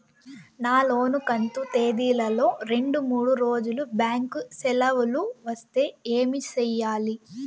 నా లోను కంతు తేదీల లో రెండు మూడు రోజులు బ్యాంకు సెలవులు వస్తే ఏమి సెయ్యాలి?